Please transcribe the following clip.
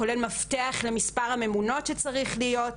כולל מפתח למספר הממונות שצריך להיות,